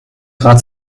grad